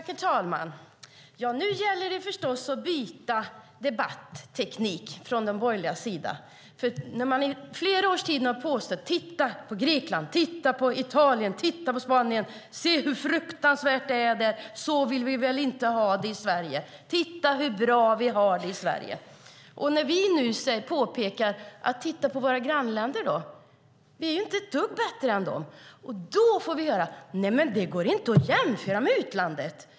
Herr talman! Nu gäller det förstås att byta debatteknik från de borgerligas sida. I flera års tid har ni sagt: Titta på Grekland, titta på Italien och titta på Spanien! Se hur fruktansvärt det är där! Så vill vi väl inte ha det i Sverige. Titta hur bra vi har det i Sverige! Vi påpekar nu att vi kan titta på våra grannländer. Sverige är inte ett dugg bättre än de. Då får vi höra: Nej, det går inte att jämföra med utlandet.